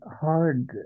hard